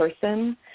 person